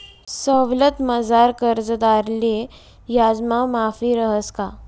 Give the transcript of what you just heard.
सवलतमझार कर्जदारले याजमा माफी रहास का?